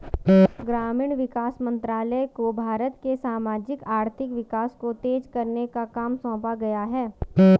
ग्रामीण विकास मंत्रालय को भारत के सामाजिक आर्थिक विकास को तेज करने का काम सौंपा गया है